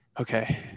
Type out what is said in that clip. okay